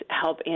help